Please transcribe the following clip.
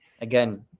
again